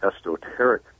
esoteric